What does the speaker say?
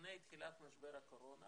לפני תחילת משבר הקורונה